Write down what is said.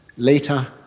later,